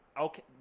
Okay